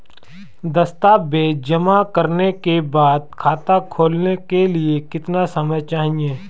दस्तावेज़ जमा करने के बाद खाता खोलने के लिए कितना समय चाहिए?